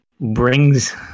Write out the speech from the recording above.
brings